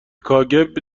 کاگب